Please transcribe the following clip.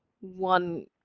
one